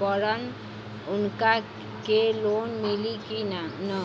बड़न उनका के लोन मिली कि न?